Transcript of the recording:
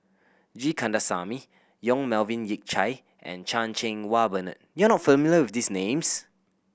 G Kandasamy Yong Melvin Yik Chye and Chan Cheng Wah Bernard you are not familiar with these names